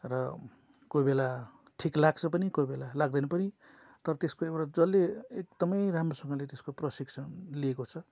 र कोही बेला ठिक लाग्छ पनि कोही बेला लाग्दैन पनि तर त्यसको एउटा जसले एकदमै राम्रोसँगले त्यसको प्रशिक्षण लिएको छ